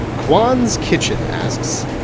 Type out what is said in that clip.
kwan's kitchen asks,